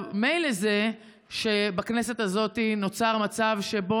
מילא זה שבכנסת הזאת נוצר מצב שבו,